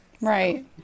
right